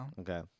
Okay